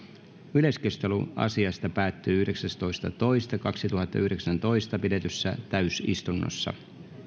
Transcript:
yleiskeskustelu asiasta päättyi yhdeksästoista toista kaksituhattayhdeksäntoista pidetyssä täysistunnossa